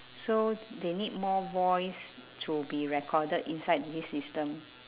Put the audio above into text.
so they need more voice to be recorded inside this system